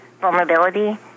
vulnerability